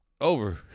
over